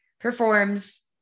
performs